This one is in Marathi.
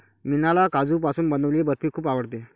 मीनाला काजूपासून बनवलेली बर्फी खूप आवडते